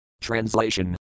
Translation